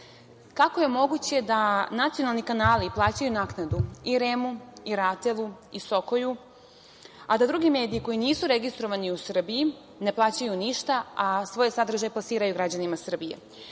je moguće da nacionalni kanali plaćaju naknadu i REM-u i RATEL-u i Sokoju, a da drugi mediji koji nisu registrovani u Srbiji ne plaćaju ništa, a svoje sadržaje plasiraju građanima Srbije.